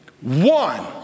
One